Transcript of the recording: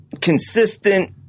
consistent